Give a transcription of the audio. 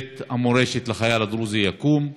בית המורשת לחייל הדרוזי, יקום.